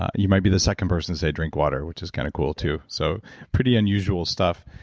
you might be the second person to say drink water, which is kind of cool too. so pretty unusual stuff.